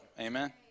Amen